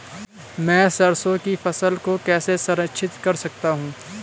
मैं सरसों की फसल को कैसे संरक्षित कर सकता हूँ?